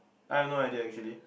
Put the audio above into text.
I have no idea actually